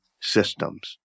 Systems